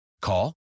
Call